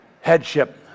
headship